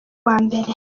uwambere